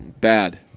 bad